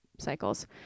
cycles